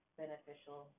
beneficial